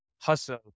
hustle